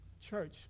Church